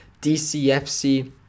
DCFC